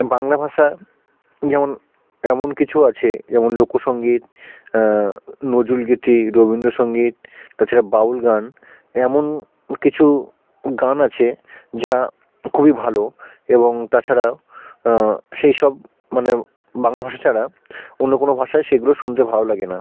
বাংলা ভাষা যেমন এমন কিছু আছে যেমন লোক সঙ্গীত নজরুল গীতি রবীন্দ্র সঙ্গীত তাছাড়া বাউল গান এমন কিছু গান আছে যা খুবই ভালো এবং তাছাড়া সেই সব মানে বাংলা ভাষা ছাড়া অন্য কোনো ভাষায় সেগুলো শুনতে ভালো লাগে না